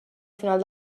final